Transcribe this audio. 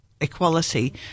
equality